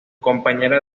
compañera